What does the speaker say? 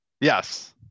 yes